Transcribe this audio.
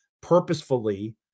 purposefully